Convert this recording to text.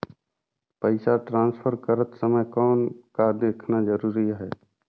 पइसा ट्रांसफर करत समय कौन का देखना ज़रूरी आहे?